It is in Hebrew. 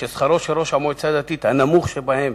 ששכרו של ראש המועצה הדתית, הנמוך שבהם